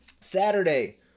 Saturday